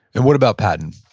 and what about patton?